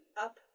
up